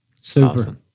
super